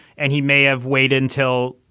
and he may have waited until,